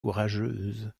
courageuse